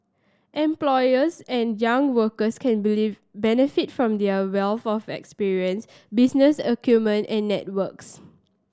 employers and younger workers can believe benefit from their wealth of experience business acumen and networks